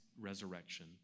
resurrection